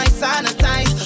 sanitize